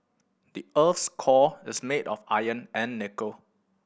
the earth's core is made of iron and nickel